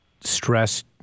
stress